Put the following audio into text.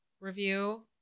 Review